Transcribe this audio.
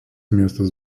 miestas